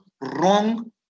wrong